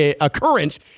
occurrence